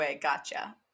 Gotcha